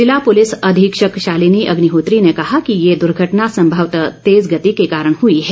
ज़िला पुलिस अधीक्षक शालीनि अग्निहोत्री ने कहा कि ये दुर्घटना संभवत तेज़ गति के कारण हुई है